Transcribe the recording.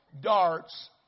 darts